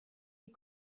des